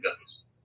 guns